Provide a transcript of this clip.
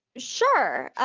sure.